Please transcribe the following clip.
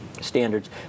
standards